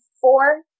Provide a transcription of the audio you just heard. four